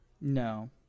no